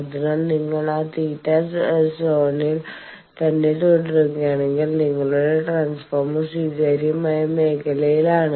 അതിനാൽ നിങ്ങൾ ആ തീറ്റ സോണിനുള്ളിൽ തന്നെ തുടരുകയാണെങ്കിൽ നിങ്ങളുടെ ട്രാൻസ്ഫോർമർ സ്വീകാര്യമായ മേഖലയിലാണ്